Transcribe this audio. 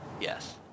Yes